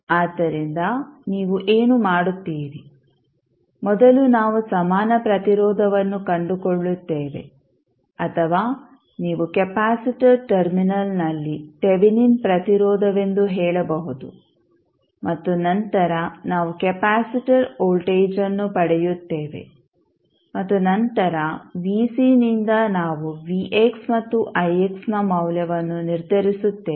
ಆದ್ದರಿಂದ ನೀವು ಏನು ಮಾಡುತ್ತೀರಿ ಮೊದಲು ನಾವು ಸಮಾನ ಪ್ರತಿರೋಧವನ್ನು ಕಂಡುಕೊಳ್ಳುತ್ತೇವೆ ಅಥವಾ ನೀವು ಕೆಪಾಸಿಟರ್ ಟರ್ಮಿನಲ್ನಲ್ಲಿ ತೆವೆನಿನ್ ಪ್ರತಿರೋಧವೆಂದು ಹೇಳಬಹುದು ಮತ್ತು ನಂತರ ನಾವು ಕೆಪಾಸಿಟರ್ ವೋಲ್ಟೇಜ್ಅನ್ನು ಪಡೆಯುತ್ತೇವೆ ಮತ್ತು ನಂತರ ನಿಂದ ನಾವು ಮತ್ತು ನ ಮೌಲ್ಯವನ್ನು ನಿರ್ಧರಿಸುತ್ತೇವೆ